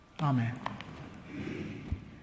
Amen